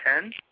ten